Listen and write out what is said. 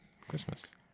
Christmas